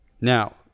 Now